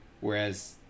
Whereas